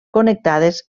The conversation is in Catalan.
connectades